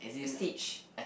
stage